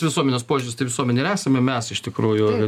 visuomenės požiūris tai visuomenė ir esame mes iš tikrųjų